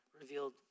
revealed